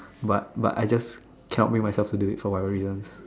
but but I just can't make myself to do it for my reason